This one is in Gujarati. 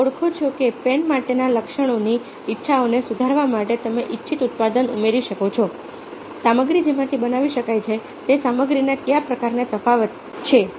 તેથી તમે ઓળખો છો કે પેન માટેના લક્ષણોની ઇચ્છાઓને સુધારવા માટે તમે ઇચ્છિત ઉત્પાદન ઉમેરી શકો છો સામગ્રી જેમાંથી બનાવી શકાય છે તે સામગ્રીના કયા પ્રકારનો તફાવત છે